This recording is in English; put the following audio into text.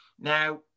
Now